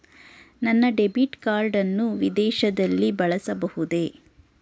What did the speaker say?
ನನ್ನ debit card ಅನ್ನು ವಿದೇಶದಲ್ಲಿ ಬಳಸಬಹುದೇ?